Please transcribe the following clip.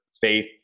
faith